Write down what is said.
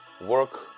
Work